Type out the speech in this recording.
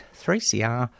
3cr